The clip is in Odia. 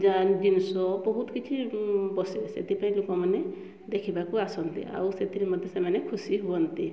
ଜିନିଷ ବହୁତ କିଛି ସେଥିପାଇଁ ଲୋକମାନେ ଦେଖିବାକୁ ଆସନ୍ତି ଆଉ ସେଥିରେ ମଧ୍ୟ ସେମାନେ ଖୁସି ହୁଅନ୍ତି